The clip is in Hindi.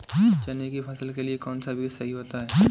चने की फसल के लिए कौनसा बीज सही होता है?